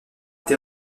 été